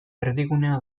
erdigunea